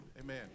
Amen